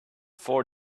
four